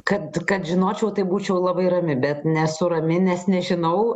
kad kad žinočiau tai būčiau labai rami bet nesu rami nes nežinau